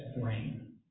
brain